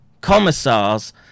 commissars